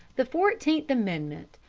the fourteenth amendment,